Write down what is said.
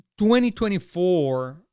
2024